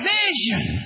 vision